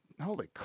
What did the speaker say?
Holy